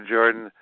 Jordan